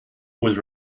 was